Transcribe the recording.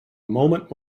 moment